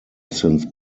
since